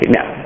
Now